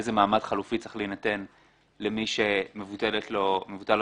איזה מעמד חלופי צריך להינתן למי שמבוטלת לו האזרחות.